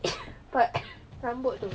part rambut itu